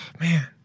man